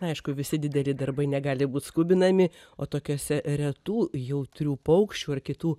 aišku visi dideli darbai negali būt skubinami o tokiose retų jautrių paukščių ar kitų